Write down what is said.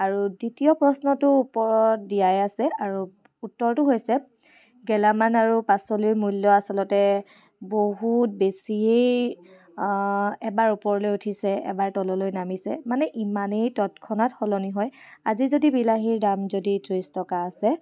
আৰু দ্বিতীয় প্ৰশ্নটো ওপৰত দিয়াই আছে আৰু উত্তৰটো হৈছে গেলামাল আৰু পাচলিৰ মূল্য আচলতে বহুত বেছিয়ে এবাৰ ওপৰলৈ উঠিছে এবাৰ তললৈ নামিছে মানে ইমানে তৎক্ষণত সলনি হয় আজি যদি বিলাহীৰ দাম যদি ত্ৰিছ টকা আছে